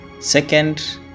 Second